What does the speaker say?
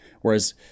Whereas